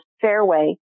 fairway